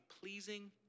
pleasing